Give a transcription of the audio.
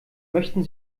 möchten